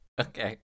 Okay